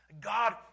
God